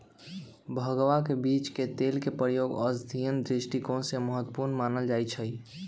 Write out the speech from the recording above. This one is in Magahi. भंगवा के बीज के तेल के प्रयोग औषधीय दृष्टिकोण से महत्वपूर्ण मानल जाहई